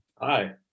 Hi